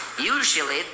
usually